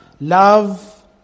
Love